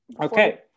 Okay